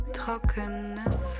trockenes